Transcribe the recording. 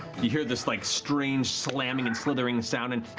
you hear this like strange slamming and slithering sound and